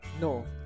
No